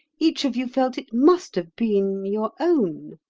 each of you felt it must have been your own.